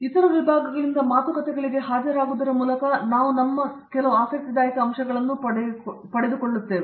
ನಿರ್ಮಲ ಆದ್ದರಿಂದ ಇತರ ವಿಭಾಗಗಳಲ್ಲಿ ಮಾತುಕತೆಗಳಿಗೆ ಹಾಜರಾಗುವುದರ ಮೂಲಕ ನಾನು ಯಾವಾಗಲೂ ಕೆಲವು ಆಸಕ್ತಿದಾಯಕ ಅಂಶಗಳನ್ನು ಪಡೆದುಕೊಂಡಿದ್ದೇನೆ